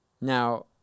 Now